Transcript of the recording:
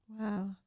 Wow